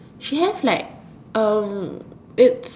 she has like um it's